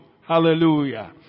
Hallelujah